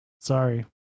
Sorry